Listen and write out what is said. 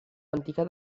antica